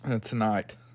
tonight